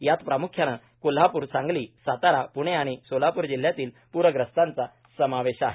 यात प्रामुख्यानं कोल्हापूर सांग्ली सातारा पुणे आणि सोलापूर जिल्ह्यातील पूरख्यस्तांचा समावेश आहे